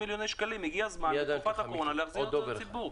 מיליוני שקלים והגיע הזמן בתקופת הקורונה להחזיר את זה לציבור.